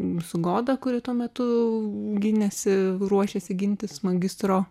su goda kuri tuo metu gynėsi ruošėsi gintis magistro